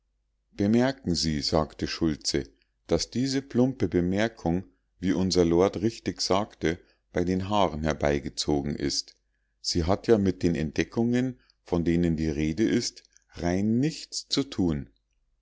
bemerken sie sagte schultze daß diese plumpe bemerkung wie unser lord richtig sagte bei den haaren herbeigezogen ist sie hat ja mit den entdeckungen von denen die rede ist rein nichts zu tun